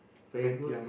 very good